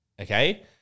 Okay